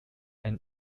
and